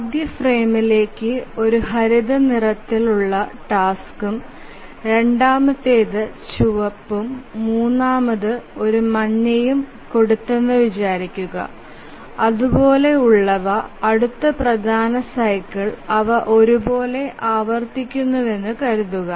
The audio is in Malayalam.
ആദ്യ ഫ്രെയിമിലേക്കു ഒരു ഹരിത നിറത്തിൽ ഉള്ള ടാസ്കും രണ്ടാമത്തേത് ചുമപ്പും മൂന്നാമത് ഒരു മന്നയും കൊടുതെന്നു വിചാരിക്കുക അതുപോലെ ഉള്ളവ അടുത്ത പ്രധാന സൈക്കിൾ അവ ഒരേപോലെ ആവർത്തിക്കുന്നുവെന്ന് കരുതുക